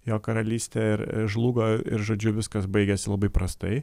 jo karalystė ir žlugo ir žodžiu viskas baigėsi labai prastai